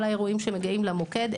כל האירועים שמגיעים למוקד,